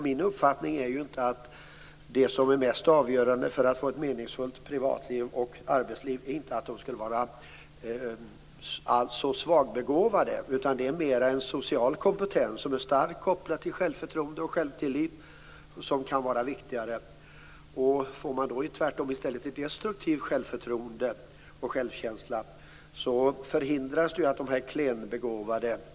Min uppfattning är att det som är mest avgörande för att få ett meningsfullt privatliv och arbetsliv inte är att de skulle vara så svagbegåvade, utan en social kompetens som är starkt kopplad till självförtroende och självtillit kan vara viktigare. Får man tvärtom ett destruktivt självförtroende och en destruktiv självkänsla blir det ett hinder för de klenbegåvade.